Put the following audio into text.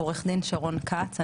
אני עורכת דין שרון כץ,